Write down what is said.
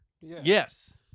Yes